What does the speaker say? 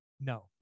no